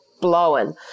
blowing